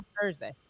Thursday